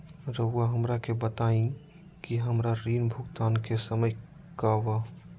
रहुआ हमरा के बताइं कि हमरा ऋण भुगतान के समय का बा?